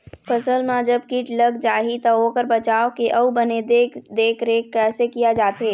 फसल मा जब कीट लग जाही ता ओकर बचाव के अउ बने देख देख रेख कैसे किया जाथे?